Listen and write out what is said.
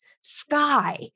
sky